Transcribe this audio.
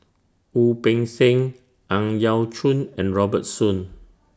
Wu Peng Seng Ang Yau Choon and Robert Soon